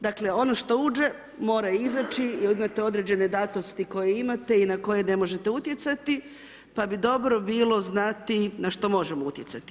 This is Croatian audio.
Dakle, ono što uđe mora izaći jer imate određene datosti koje imate i na koje ne možete utjecati, pa bi dobro bilo znati na što možemo utjecati.